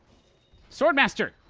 sword master.